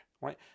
right